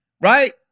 right